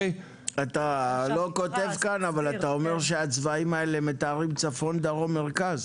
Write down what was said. אתה לא כותב כאן אבל אתה אומר שהצבעים האלה מתארים צפון דרום מרכז?